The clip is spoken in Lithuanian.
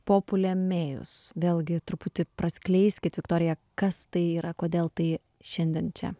populemėjus vėlgi truputį praskleiskit viktorija kas tai yra kodėl tai šiandien čia